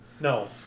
No